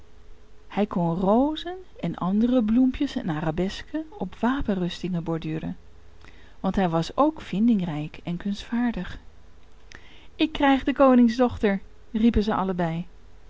hij kon rozen en andere bloempjes en arabesken op wapenrustingen borduren want hij was ook vindingrijk en kunstvaardig ik krijg de koningsdochter riepen zij allebei